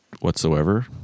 whatsoever